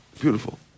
Beautiful